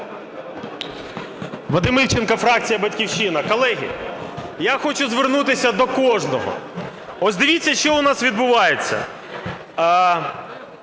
Вадим Івченко, фракція "Батьківщина". Колеги, я хочу звернутися до кожного. Ось дивіться, що у нас відбувається.